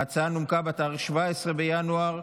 ההצעה נומקה בתאריך 17 בינואר,